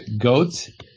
goats